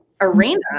arena